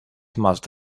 must